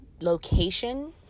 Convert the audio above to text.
location